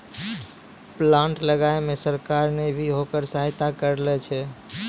plant लगाय मॅ सरकार नॅ भी होकरा सहायता करनॅ छै